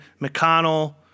McConnell